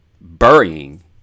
burying